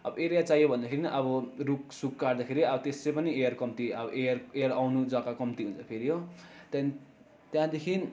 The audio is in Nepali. अब एरिया चाहियो भन्दाखेरि पनि अू रुखसुख काट्दाखेरि अब त्यसै पनि एयर कम्ती एयर एयर आउनु जग्गा कम्ती हुन्छ फेरि हो त्यहाँदेखि त्यहाँदेखि